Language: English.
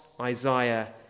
Isaiah